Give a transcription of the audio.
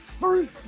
first